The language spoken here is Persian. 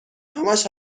همش